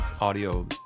audio